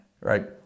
right